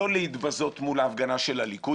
לא להתבזות מול ההפגנה של הליכוד,